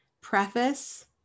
preface